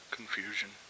confusion